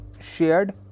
shared